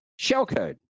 shellcode